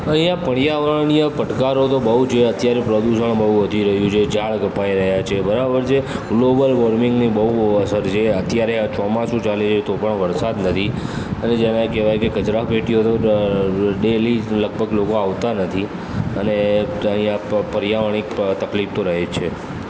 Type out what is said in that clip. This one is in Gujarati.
અહીંયા પર્યાવરણીય પડકારો તો બહુ જોયા અત્યારે પ્રદુષણ બહુ વધી ગયું છે ઝાડ કપાઈ રહ્યા છે બરાબર છે ગ્લોબલ વોર્મિંગની બહુ અસર છે અત્યારે આ ચોમાસું ચાલી રહ્યું છે તો પણ વરસાદ નથી અને જ્યારે ક કહેવાય કે કચરાપેટીઓ ડેલી લગભગ લોકો આવતા નથી અને અહીંયા પર્યાવરણીય તકલીફ તો રહે છે